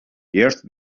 earth